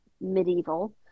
medieval